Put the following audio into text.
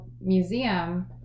museum